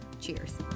Cheers